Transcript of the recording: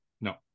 No